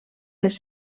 les